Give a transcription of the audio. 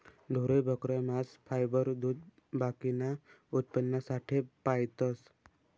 ढोरे, बकऱ्या, मांस, फायबर, दूध बाकीना उत्पन्नासाठे पायतस